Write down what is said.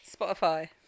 Spotify